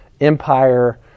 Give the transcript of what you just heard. empire